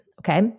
okay